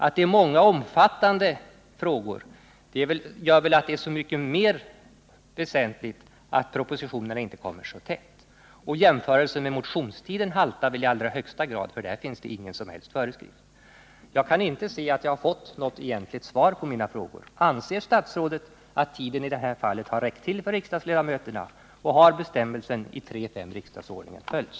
Att det är många omfattande frågor gör det väl så mycket mer väsentligt att propositionerna inte kommer så tätt. Jämförelsen med den allmänna motionstiden haltar i allra högsta grad, för där finns det ingen som helst föreskrift att undvika anhopning. Jag kan inte se att jag har fått något egentligt svar på mina frågor: Anser statsrådet att tiden i det här fallet har räckt till för riksdagsledamöterna? Och har bestämmelsen i 3 kap. 5 § riksdagsordningen följts?